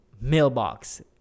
mailbox